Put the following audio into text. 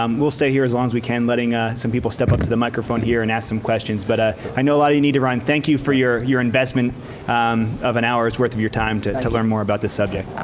um we'll stay here as long as we can, letting ah some people step up to the microphone here and ask some questions. but i know a lot of you need to run. thank you for your your investment um of an hour's worth of your time to to learn more about this subject.